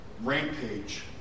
rampage